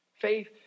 Faith